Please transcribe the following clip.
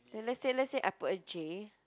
then let's say let's say I put a J